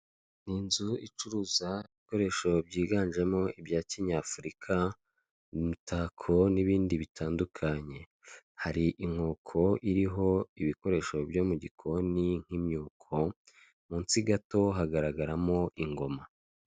N'inzu icuruza ibikoresho byiganjemo ibya kinyafurika imitako n'ibindi bitandukanye, hari inkoko iriho ibikoresho byo mu gikoni nk'imyuko, munsi gato hagaragaramo ingoma.